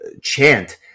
chant